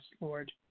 Lord